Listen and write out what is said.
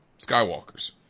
Skywalker's